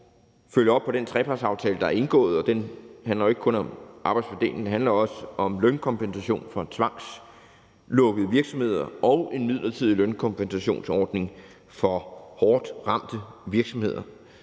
følge op på den trepartsaftale, der er indgået. Og den handler jo ikke kun om arbejdsfordeling, den handler også om lønkompensation til tvangslukkede virksomheder og en midlertidig lønkompensationsordning for hårdt ramte virksomheder.